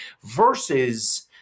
versus